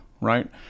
right